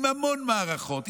עם המון מערכות,